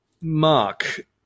Mark